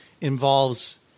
involves